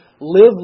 live